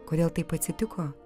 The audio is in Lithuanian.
kodėl taip atsitiko